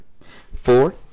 Four